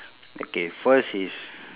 okay first is